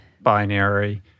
binary